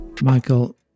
Michael